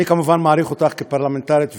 אני כמובן מעריך אותך כפרלמנטרית וכאדם,